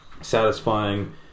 satisfying